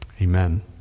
amen